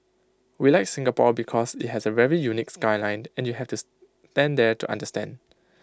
we like Singapore because IT has A very unique skyline and you have to stand there to understand